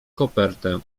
kopertę